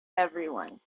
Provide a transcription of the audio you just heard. everyone